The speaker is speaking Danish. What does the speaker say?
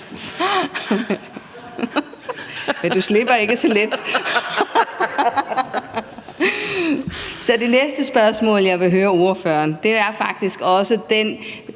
Men du slipper ikke så let. Det næste spørgsmål, jeg vil stille ordføreren, handler faktisk også om